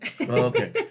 okay